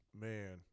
man